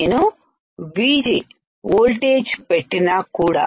నేనుV G voltage పెట్టినా కూడా